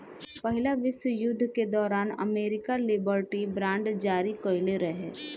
पहिला विश्व युद्ध के दौरान अमेरिका लिबर्टी बांड जारी कईले रहे